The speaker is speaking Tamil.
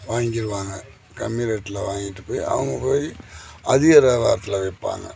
வாங்கிடுவாங்க கம்மி ரேட்டில் வாங்கிட்டு போய் அவங்க போய் அதிக வியாபாரத்தில் விற்பாங்க